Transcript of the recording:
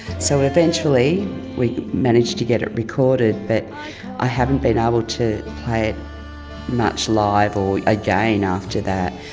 so eventually we managed to get it recorded, but i haven't been able to play it much live or again after that,